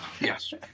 Yes